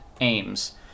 aims